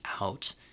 out